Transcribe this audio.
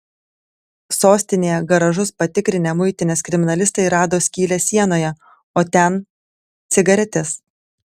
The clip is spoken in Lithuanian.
sostinėje garažus patikrinę muitinės kriminalistai rado skylę sienoje o ten cigaretės